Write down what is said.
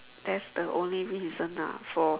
that's the only reason ah for